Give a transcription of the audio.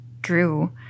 Drew